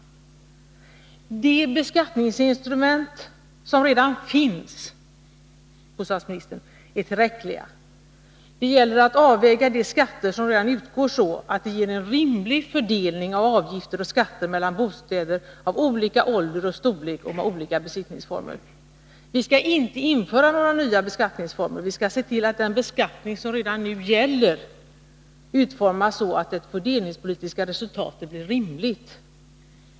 De beskattningsinstrument som redan finns är tillräckliga, herr bostadsminister. Det gäller att avväga de skatter som redan utgår så att de ger en rimlig fördelning av avgifterna mellan bostäder av olika ålder och storlek och mellan olika besittningsformer. Vi bör inte införa några nya beskattningsformer, utan vi skall se till att den beskattning som finns utformas så, att det fördelningspolitiska resultatet blir rimligt.